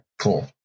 Cool